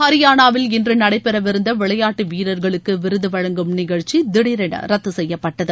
ஹரியானாவில் இன்று நடைபெறவிருந்த விளையாட்டு வீரர்களுக்கு விருது வழங்கும் நிகழ்ச்சி திடரென ரத்து செய்யப்பட்டது